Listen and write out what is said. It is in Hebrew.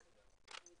(להלן